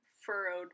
furrowed